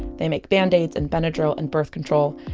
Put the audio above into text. they make band-aids and benadryl and birth control.